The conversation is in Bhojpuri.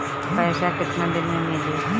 पैसा केतना दिन में मिली?